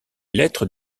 lettres